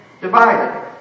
divided